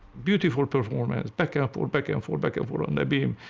beautiful performance, back and forth, back and forth, back and forth on the beam.